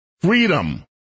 freedom